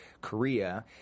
Korea